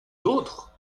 d’autres